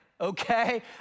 okay